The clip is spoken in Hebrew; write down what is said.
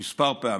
כמה פעמים: